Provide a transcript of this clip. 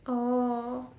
oh